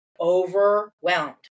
overwhelmed